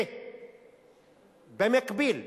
ובמקביל,